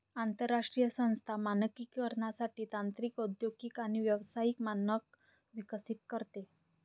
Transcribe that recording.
आंतरराष्ट्रीय संस्था मानकीकरणासाठी तांत्रिक औद्योगिक आणि व्यावसायिक मानक विकसित करते